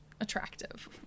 attractive